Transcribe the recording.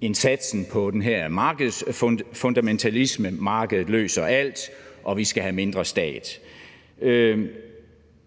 en satsen på den her markedsfundamentalisme – markedet løser alt, og vi skal have mindre stat.